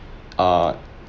err